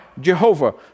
Jehovah